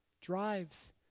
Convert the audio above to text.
drives